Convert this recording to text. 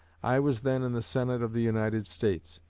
i was then in the senate of the united states,